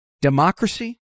democracy